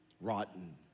rotten